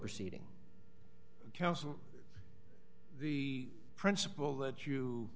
proceeding counsel the principle that you